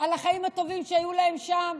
על החיים הטובים שהיו להם שם,